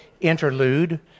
interlude